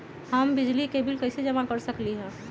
हम बिजली के बिल कईसे जमा कर सकली ह?